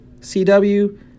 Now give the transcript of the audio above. CW